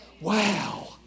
Wow